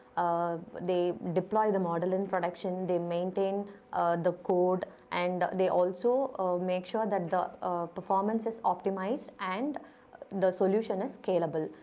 um they deploy the model in production. they maintain the code and they also make sure that the performance is optimised and the solution is scalable.